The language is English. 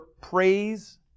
praise